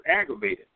aggravated